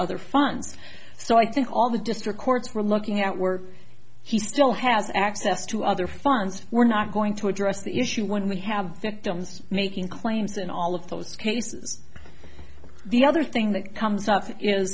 other funds so i think all the district courts were looking out were he still has access to other funds we're not going to address the issue when we have victims making claims and all of those cases the other thing that comes up is